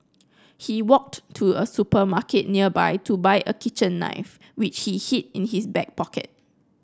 he walked to a supermarket nearby to buy a kitchen knife which he hid in his back pocket